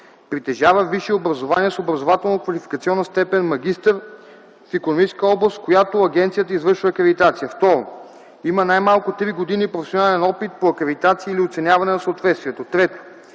притежава висше образование с образователно-квалификационна степен „магистър” в икономическа област, в която агенцията извършва акредитация; 2. има най-малко три години професионален опит по акредитация или оценяване на съответствието; 3.